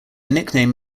nickname